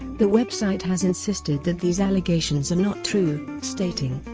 the website has insisted that these allegations are not true, stating,